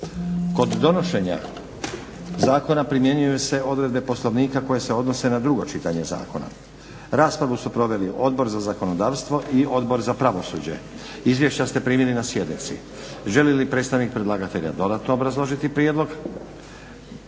Kod donošenja zakona primjenjuju se odredbe Poslovnika koje se odnose na drugo čitanje zakona. Raspravu su proveli Odbor za zakonodavstvo i Odbor za pravosuđe. Izvješća ste primili na sjednici. Želi li predstavnik predlagatelja dodatno obrazložiti prijedlog?